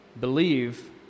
...believe